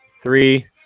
three